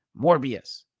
Morbius